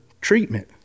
treatment